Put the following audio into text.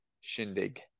shindig